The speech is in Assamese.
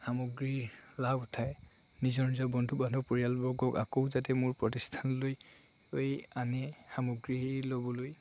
সামগ্ৰীৰ লাভ উঠাই নিজৰ নিজৰ বন্ধু বান্ধৱ পৰিয়ালবৰ্গক আকৌ যাতে মোৰ প্ৰতিষ্ঠানলৈ আনে সামগ্ৰী ল'বলৈ